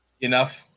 enough